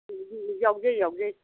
ꯌꯥꯎꯖꯩ ꯌꯥꯎꯖꯩ